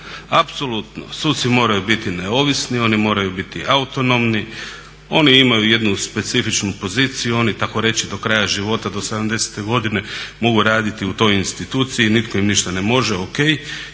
Apsolutno suci moraju biti neovisni, oni moraju biti autonomni, oni imaju jednu specifičnu poziciju, oni tako reći do kraja života do 70 godine mogu raditi u toj instituciji, nitko im ništa ne može ok